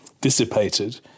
dissipated